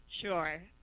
sure